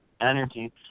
energy